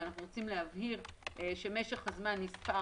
אנחנו רוצים להבהיר שמשך הזמן נספר